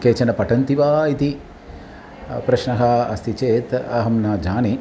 केचन पठन्ति वा इति प्रश्नः अस्ति चेत् अहं न जाने